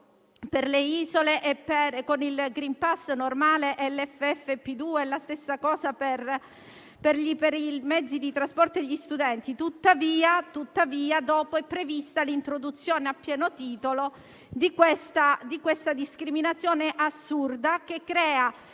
per le isole con il *green pass* normale e l'uso delle mascherine FFP2 (la stessa cosa per i mezzi di trasporto e gli studenti), tuttavia dopo è prevista l'introduzione a pieno titolo di questa discriminazione assurda, che fa